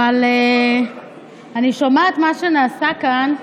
אבל אני שומעת מה שנעשה כאן,